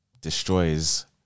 destroys